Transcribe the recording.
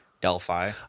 Delphi